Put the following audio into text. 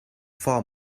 far